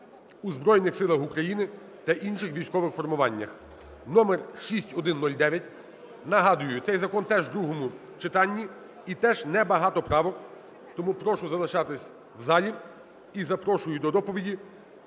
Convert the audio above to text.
у Збройних Силах України та інших військових формуваннях (№ 6109). Нагадую, цей закон теж в другому читанні і теж небагато правок, тому прошу залишатись в залі. І запрошую до доповіді